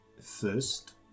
first